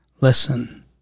Listen